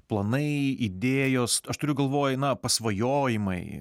planai idėjos aš turiu galvoje na pasvajojimai